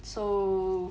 so